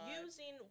using